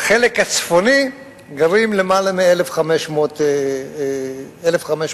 ובחלק הצפוני גרים למעלה מ-1,500 תושבים.